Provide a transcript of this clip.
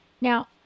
Now